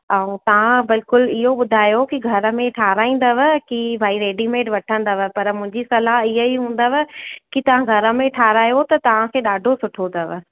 ऐं तव्हां बिल्कुल इहो ॿुधायो की घर में ठाराहींदव की भाई रेडीमेट वठंदव पर मुंहिंजी सलाह इहा ई हूंदव की तव्हां घर में ठाहिरायो त तव्हांखे ॾाढो सुठो अथव